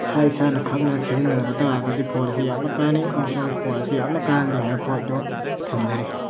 ꯏꯁꯥ ꯏꯁꯥꯅ ꯈꯪꯅ ꯁꯤꯖꯤꯟꯅꯔꯕ ꯇꯥꯔꯒꯗꯤ ꯐꯣꯟ ꯑꯁꯤ ꯌꯥꯝꯅ ꯀꯥꯅꯩ ꯑꯃꯁꯨꯡ ꯐꯣꯟ ꯑꯁꯤ ꯌꯥꯝꯅ ꯀꯥꯅꯗꯦ ꯍꯥꯏꯕ ꯄꯣꯠꯇꯨ ꯊꯝꯖꯔꯤ